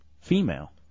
Female